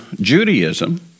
Judaism